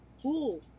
cool